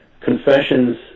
Confessions